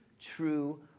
true